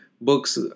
books